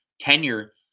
tenure